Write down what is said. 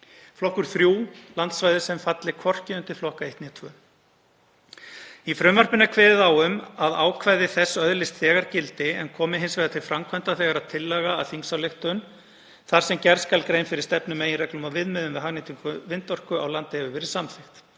Flokkur 3: Landsvæði sem falli hvorki undir flokk 1 né flokk 2. Í frumvarpinu er kveðið á um að ákvæði þess öðlist þegar gildi, en komi hins vegar til framkvæmda þegar tillaga til þingsályktunar þar sem gerð skal grein fyrir stefnu, meginreglum og viðmiðum við hagnýtingu vindorku á landi hefur verið samþykkt.